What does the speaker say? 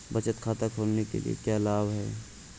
बचत खाता खोलने के क्या लाभ हैं?